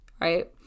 right